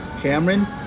Cameron